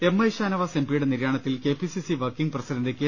M I Shanavas M പിയുടെ നിര്യാണത്തിൽ K P C C working president K